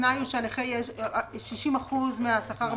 התנאי הוא שהכנסתו של הנכה לא עולה על 60% מהשכר הממוצע.